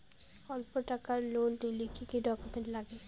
অল্প টাকার লোন নিলে কি কি ডকুমেন্ট লাগে?